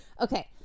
Okay